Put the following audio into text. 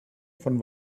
von